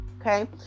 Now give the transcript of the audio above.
Okay